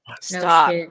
Stop